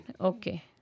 Okay